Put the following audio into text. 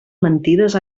mentides